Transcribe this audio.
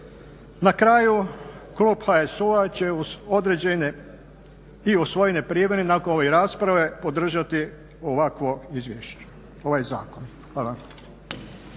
Na kraju klub HSU-a će uz određene i usvojene … nakon ove rasprave podržati u ovakvom izvješću ovaj zakon. Hvala.